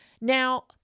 Now